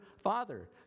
Father